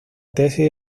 tesis